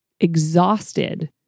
exhausted